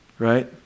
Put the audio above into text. right